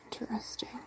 Interesting